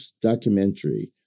documentary